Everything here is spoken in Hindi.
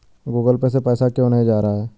गूगल पे से पैसा क्यों नहीं जा रहा है?